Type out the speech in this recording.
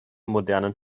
modernen